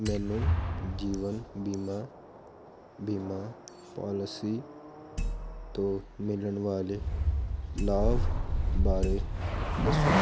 ਮੈਨੂੰ ਜੀਵਨ ਬੀਮਾ ਬੀਮਾ ਪਾਲਿਸੀ ਤੋਂ ਮਿਲਣ ਵਾਲੇ ਲਾਭ ਬਾਰੇ ਦੱਸੋ